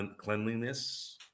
cleanliness